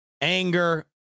anger